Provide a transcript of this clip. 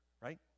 right